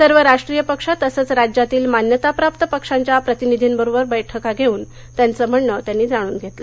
सर्व राष्ट्रीय पक्ष तसंच राज्यातील मान्यताप्राप्त पक्षांच्या प्रतिनिधींबरोबर बैठका घेऊन त्यांचं म्हणणं जाणून घेतलं